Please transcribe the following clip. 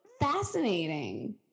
fascinating